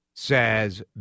Says